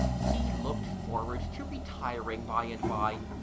he looked forward to retiring by and by,